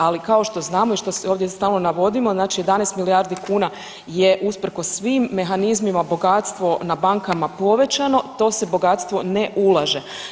Ali kao što znamo i što ovdje stalno navodimo znači 11 milijardi kuna je usprkos svim mehanizmima bogatstvo na bankama povećano, to se bogatstvo ne ulaže.